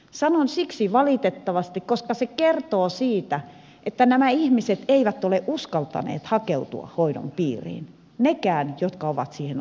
sanon siksi valitettavasti koska se kertoo siitä että nämä ihmiset eivät ole uskaltaneet hakeutua hoidon piiriin hekään jotka ovat siihen oikeutettuja